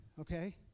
okay